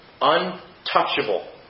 untouchable